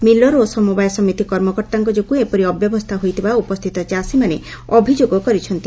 miller ଓ ସମବାୟ ସମିତି କର୍ମକର୍ତ୍ତାଙ୍କ ଯୋଗୁଁ ଏପରି ଅବ୍ୟବସ୍ରା ହୋଇଥିବା ଉପସ୍ରିତ ଚାଷୀମାନେ ଅଭିଯୋଗ କରିଛନ୍ତି